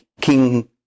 King